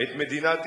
את מדינת ישראל.